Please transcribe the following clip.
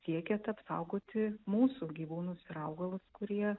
siekiant apsaugoti mūsų gyvūnus ir augalus kurie